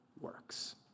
works